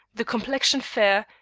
the complexion fair,